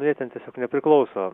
nu jie ten tiesiog nepriklauso